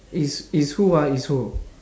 is is who ah is who